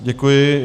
Děkuji.